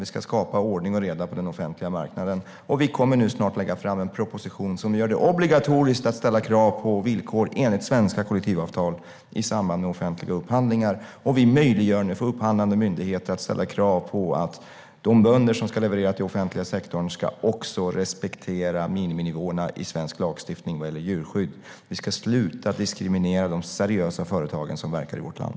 Vi ska skapa ordning och reda på den offentliga marknaden, och vi kommer snart att lägga fram en proposition som gör det obligatoriskt att ställa krav på villkor enligt svenska kollektivavtal i samband med offentliga upphandlingar. Vi möjliggör även för upphandlande myndigheter att ställa krav på att de bönder som ska leverera till den offentliga sektorn också ska respektera miniminivåerna i svensk lagstiftning när det gäller djurskydd. Vi ska sluta diskriminera de seriösa företagen som verkar i vårt land.